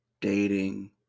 dating